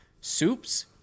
soups